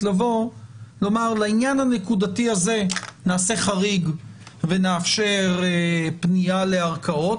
לבוא ולומר שלעניין הנקודתי הזה נעשה חריג ונאפשר פנייה לערכאות.